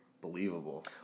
believable